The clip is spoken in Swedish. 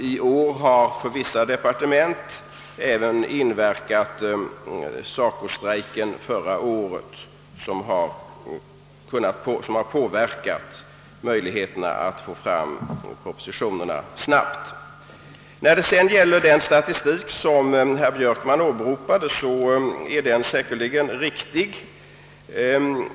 I år har också SACO-strejken förra året inverkat på arbetet i vissa departement. Den påverkade möjligheterna att snabbt få fram propositionerna. Den statistik som herr Björkman åberopade är säkert alldeles riktig.